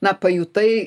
na pajutai